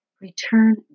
return